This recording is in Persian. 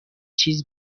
چیز